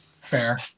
Fair